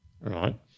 right